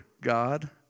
God